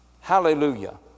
Hallelujah